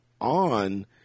on